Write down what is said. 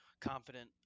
confident